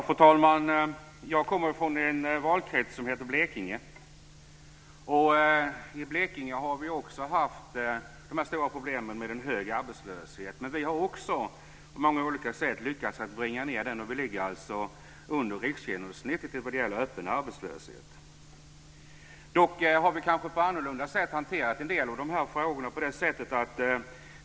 Fru talman! Jag kommer från en valkrets som heter Blekinge. I Blekinge har vi också haft problem med hög arbetslöshet. Vi har lyckats bringa ned den på olika sätt. Vi ligger under riksgenomsnittet för öppen arbetslöshet. Vi har hanterat en del av frågorna på annorlunda sätt.